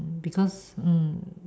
mm because mm